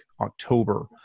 October